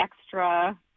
extra